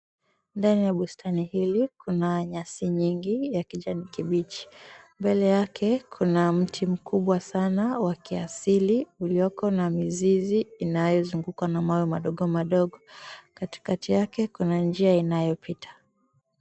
Ndani ya bustani hili kuna nyasi nyingi za kijani kibichi. Mbele yake kuna mti mkubwa sana wa kiasili ulioko na mizizi inayozungukwa na mawe madogomadogo. Katikati yake kuna njia inayopita.